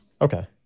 Okay